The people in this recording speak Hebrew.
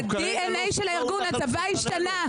הצבא השתנה.